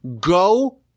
Go